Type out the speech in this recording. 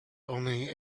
only